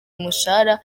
umushahara